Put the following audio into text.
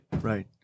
right